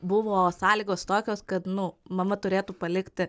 buvo sąlygos tokios kad nu mama turėtų palikti